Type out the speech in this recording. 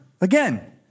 Again